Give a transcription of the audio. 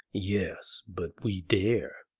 yes, but we dare.